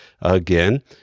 again